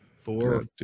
Four